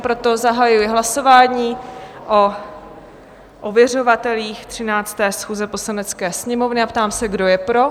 Proto zahajuji hlasování o ověřovatelích 13. schůze Poslanecké sněmovny a ptám se, kdo je pro?